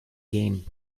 gain